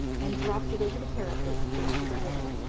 and dropped it over the parapet into the river.